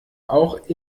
auch